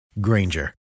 Granger